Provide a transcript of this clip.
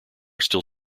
still